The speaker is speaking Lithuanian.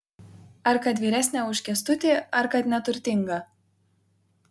ar kad vyresnė už kęstutį ar kad neturtinga